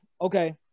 Okay